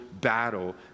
battle